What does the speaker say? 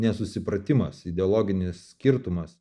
nesusipratimas ideologinis skirtumas